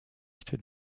était